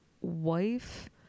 wife